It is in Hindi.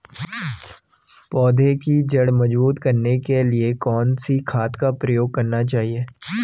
पौधें की जड़ मजबूत करने के लिए कौन सी खाद का प्रयोग करना चाहिए?